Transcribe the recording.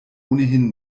ohnehin